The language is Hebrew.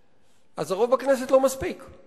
אז רוב הכנסת לא יכול לעשות שלום.